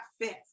fifth